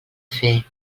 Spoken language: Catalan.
fer